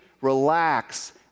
relax